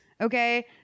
okay